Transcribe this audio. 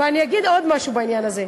ואני אגיד עוד משהו בעניין הזה.